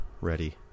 ready